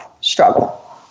struggle